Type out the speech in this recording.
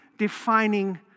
defining